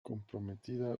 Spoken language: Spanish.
comprometida